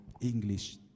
English